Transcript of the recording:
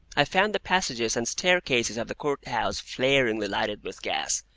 i found the passages and staircases of the court-house flaringly lighted with gas,